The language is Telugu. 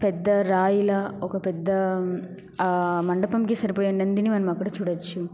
పెద్ద రాయిలా ఒక పెద్ద మండపంకి సరిపోయే నందిని మనము అక్కడ చూడొచ్చు